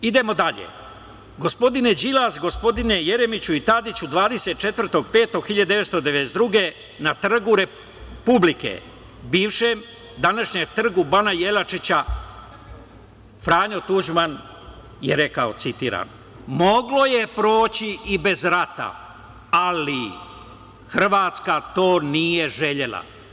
Idemo dalje, gospodine Đilas, gospodine Jeremiću i Tadiću, 24.5.1992. godine, na Trgu republike, bivšem, današnjem Trgu Bana Jelačića, Franjo Tuđman je rekao, citiram – moglo je proći i bez rata, ali Hrvatska to nije želela.